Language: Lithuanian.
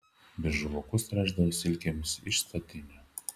biržų laukus tręšdavo silkėmis iš statinių